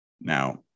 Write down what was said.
Now